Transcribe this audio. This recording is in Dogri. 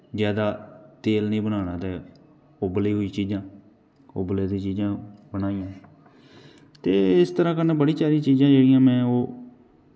जादा तेल नी बनाना ते उब्बली दी चीजां बनाइयां ते इस तरां कन्नै बड़ी सारियां चीजां में ओह्